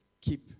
Keep